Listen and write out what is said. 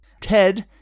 Ted